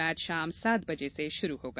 match शाम सात बजे से शुरू होगा